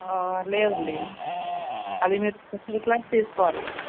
లేదండి అది మీరు స్పెషల్ క్లాస్ తీసుకోవాలి